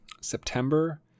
September